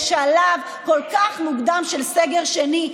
בשלב כל כך מוקדם של סגר שני,